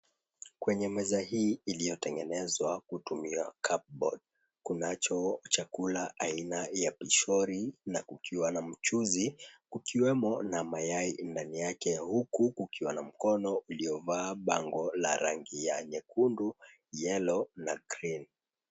Kwenye meza hii iliyotengenezwa kutumia cupboard , kunacho chakula aina ya pishori na kukiwa na mchuzi. Kukiwemo na mayai ndani yake, huku ukiwa na mkono uliovaa bango la rangi ya nyekundu, yellow na cream .